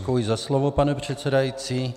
Děkuji za slovo, pane předsedající.